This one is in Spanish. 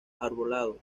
arbolado